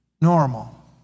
normal